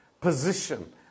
position